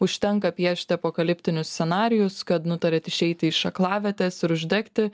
užtenka piešti apokaliptinius scenarijus kad nutarėt išeiti iš aklavietės ir uždegti